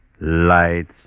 Lights